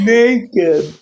naked